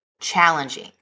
challenging